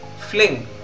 fling